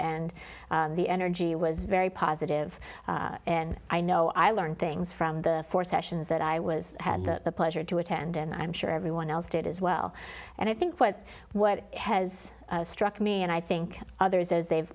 and the energy was very positive and i know i learned things from the four sessions that i was had that pleasure to attend and i'm sure everyone else did as well and i think what what has struck me and i think others as they've